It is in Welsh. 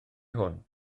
hwn